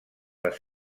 les